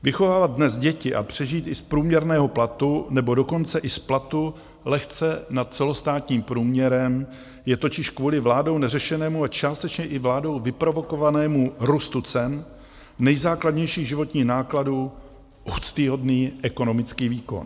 Vychovávat dnes děti a přežít i z průměrného platu, nebo dokonce i z platu lehce nad celostátním průměrem, je totiž kvůli vládou neřešenému a částečně i vládou vyprovokovanému růstu cen nejzákladnějších životních nákladů úctyhodný ekonomický výkon.